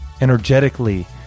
energetically